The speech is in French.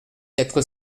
quatre